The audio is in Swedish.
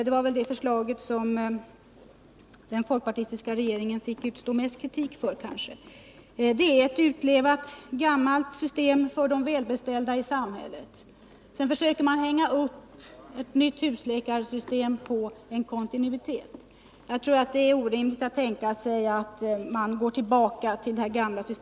Det var väl det förslaget som den folkpartistiska regeringen fick utstå mest kritik för, eftersom det är ett gammalt utlevat system för de välbeställda i samhället. Sedan försöker man hänga upp ett nytt husläkarsystem på en kontinuitet. Jag tycker det är orimligt att tänka sig att gå tillbaka till det gamla systemet.